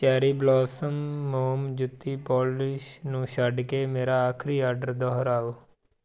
cherry blossom ਮੋਮ ਜੁੱਤੀ polish ਨੂੰ ਛੱਡ ਕੇ ਮੇਰਾ ਆਖਰੀ ਆਰਡਰ ਦੁਹਰਾਓ